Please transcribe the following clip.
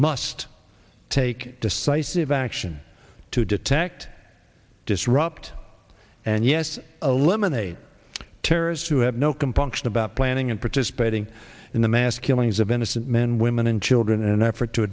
must take decisive action detect disrupt and yes a lemonade terrorists who have no compunction about planning and participating in the mass killings of innocent men women and children in an effort to